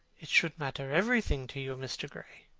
it should matter everything to you, mr. gray.